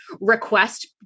request